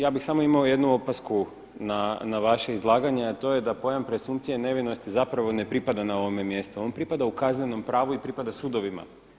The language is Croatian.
Ja bih samo imao jednu opasku na vaše izlaganje, a to je da pojam presumpcije nevinosti zapravo ne pripada na ovome mjestu, on pripada u kaznenom pravu i pripada sudovima.